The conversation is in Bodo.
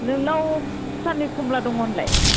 नोंनाव भुटाननि कमला दङ' होनलाय